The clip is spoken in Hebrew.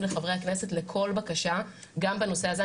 לחברי הכנסת לכל בקשה גם בנושא הזה.